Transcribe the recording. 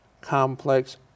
complex